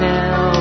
now